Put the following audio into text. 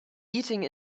eating